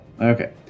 okay